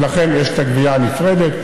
ולכן יש גבייה נפרדת.